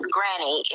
Granny